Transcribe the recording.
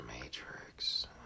matrix